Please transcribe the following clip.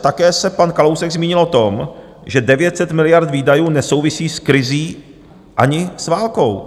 Také se pan Kalousek zmínil o tom, že 900 miliard výdajů nesouvisí s krizí ani s válkou.